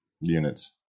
units